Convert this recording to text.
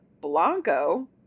Blanco